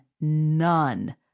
none